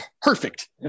perfect